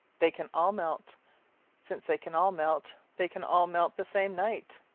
they can all melt since they can all melt, they can all melt the same night.